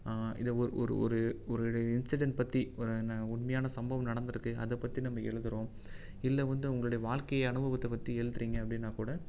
இதை ஒரு இன்சிடெண்ட் பற்றி ஒரு என்ன உண்மையான சம்பவம் நடந்திருக்கு அதை பற்றி நம்ம எழுதுறோம் இல்லை வந்து உங்களுடைய வாழ்க்கை அனுபவத்தை பற்றி எழுதுறீங்க அப்படின்னாக் கூட